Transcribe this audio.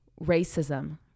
racism